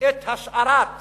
את השארת